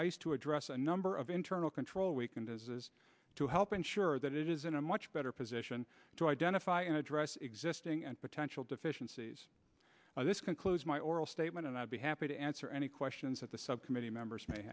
ice to address a number of internal control we can do to help ensure that it is in a much better position to identify and address existing and potential deficiencies this concludes my oral statement and i'll be happy to answer any questions at the subcommittee members